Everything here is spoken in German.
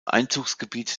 einzugsgebiet